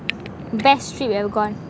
best place you've ever gone